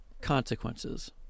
consequences